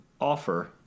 offer